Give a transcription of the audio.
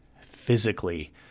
physically